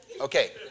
Okay